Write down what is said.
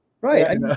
Right